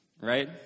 Right